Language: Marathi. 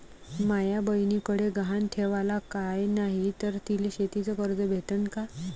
माया बयनीकडे गहान ठेवाला काय नाही तर तिले शेतीच कर्ज भेटन का?